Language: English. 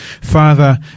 father